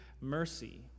mercy